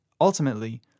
Ultimately